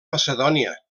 macedònia